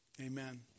Amen